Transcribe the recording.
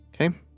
okay